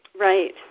Right